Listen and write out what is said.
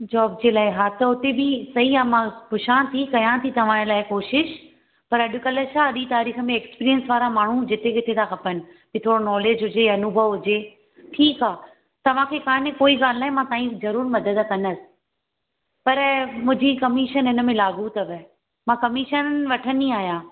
job जे लाइ हा त उते बि सही आहे मां पुछां थी कयां थी तव्हांजे लाइ कोशिशि पर अॼुकल्ह छा अॼु जी तारीख़ में एक्सपीरिंयंस वारा माण्हू जिते किथे था खपनि कि थोरो नॉलेज हुजे अनुभव हुजे ठीकु आहे तव्हांखे कान्हे कोई ॻाल्हि न आहे मां तव्हांजी ज़रूरु मदद कंदमि पर मुंहिंजी कमीशन हिनमें लाॻू अथव मां कमीशन वठंदी आहियां